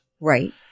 Right